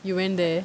you went there